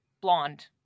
blonde